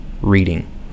reading